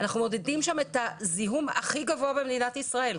אנחנו מודדים שם את הזיהום הכי גבוה במדינת ישראל.